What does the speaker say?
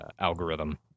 algorithm